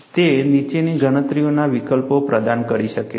તે નીચેની ગણતરીના વિકલ્પો પ્રદાન કરી શકે છે